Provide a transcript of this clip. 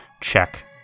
check